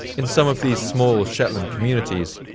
in some of these small shetland communities,